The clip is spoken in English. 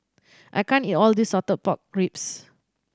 I can't eat all of this salted pork ribs